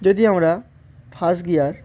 যদি আমরা first gear